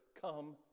come